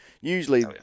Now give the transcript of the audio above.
usually